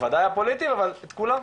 ודאי הפוליטיים, אבל את כולם.